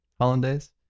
hollandaise